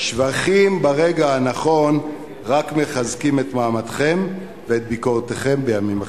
שבחים ברגע הנכון רק מחזקים את מעמדכם ואת ביקורתכם בימים אחרים.